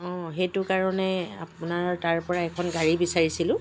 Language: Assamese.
অঁ সেইটো কাৰণে আপোনাৰ তাৰপৰা এখন গাড়ী বিচাৰিছিলো